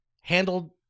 handled